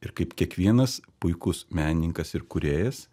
ir kaip kiekvienas puikus menininkas ir kūrėjas